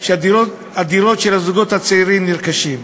שהדירות לזוגות הצעירים נרכשות.